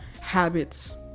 habits